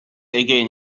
again